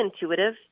intuitive